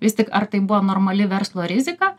vis tik ar tai buvo normali verslo rizika